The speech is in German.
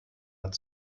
hat